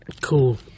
Cool